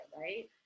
right